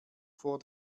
vor